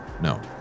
No